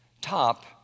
top